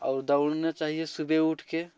और दौड़ना चाहिए सुबह उठकर